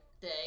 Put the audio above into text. day